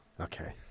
Okay